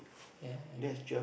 ya okay